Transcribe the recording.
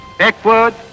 backward